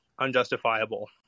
Unjustifiable